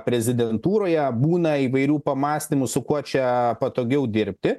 prezidentūroje būna įvairių pamąstymų su kuo čia patogiau dirbti